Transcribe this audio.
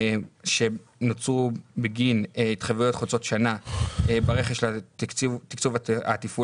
שנוצרו בגין התחייבויות חוצות שנה ברכש לתקצוב התפעול